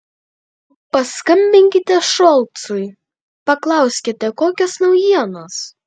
paskambinkite šolcui paklauskite kokios naujienos